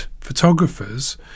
photographers